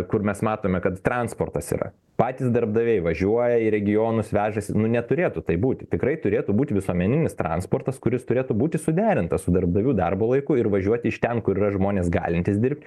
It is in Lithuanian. kur mes matome kad transportas yra patys darbdaviai važiuoja į regionus vežasi nu neturėtų taip būti tikrai turėtų būt visuomeninis transportas kuris turėtų būti suderintas su darbdavių darbo laiku ir važiuot iš ten kur yra žmonės galintys dirbt